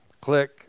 click